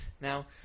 Now